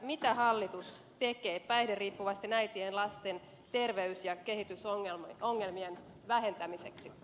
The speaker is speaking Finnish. mitä hallitus tekee päihderiippuvaisten äitien lasten terveys ja kehitysongelmien vähentämiseksi